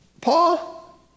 Paul